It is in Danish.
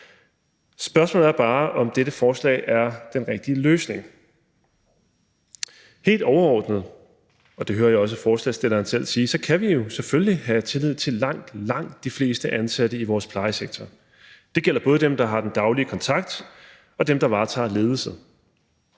Spørgsmålet er bare, om dette forslag er den rigtige løsning. Helt overordnet, og det hører jeg også ordføreren for forslagsstillerne selv sige, så kan vi jo selvfølgelig have tillid til langt, langt de fleste ansatte i vores plejesektor. Det gælder både dem, der har den daglige kontakt, og dem, der varetager ledelse.